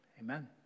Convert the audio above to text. Amen